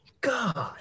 God